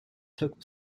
took